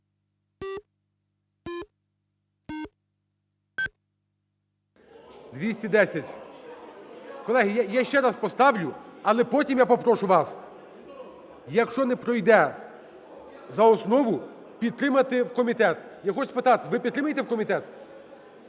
За-210 Колеги, я ще раз поставлю, але потім я попрошу вас, якщо не пройде за основу, підтримати в комітет. Я хочу спитати: ви підтримаєте в комітет?